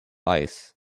ice